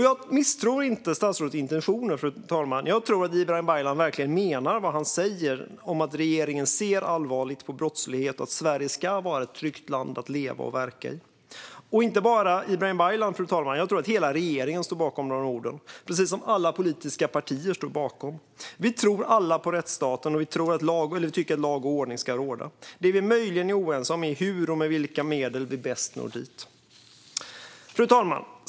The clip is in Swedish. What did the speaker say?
Jag misstror inte statsrådets intentioner, fru talman. Jag tror att Ibrahim Baylan verkligen menar vad han säger om att regeringen ser allvarligt på brottslighet och att Sverige ska vara ett tryggt land att leva och verka i. Och inte bara Ibrahim Baylan - jag tror att hela regeringen står bakom de orden, precis som alla politiska partier står bakom. Vi tror alla på rättsstaten och tycker att lag och ordning ska råda. Det vi möjligen är oense om är hur och med vilka medel vi bäst når dit. Fru talman!